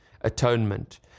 Atonement